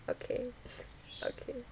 okay okay